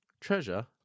Treasure